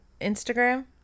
Instagram